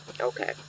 Okay